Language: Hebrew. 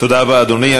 תודה רבה, אדוני.